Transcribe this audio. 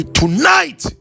tonight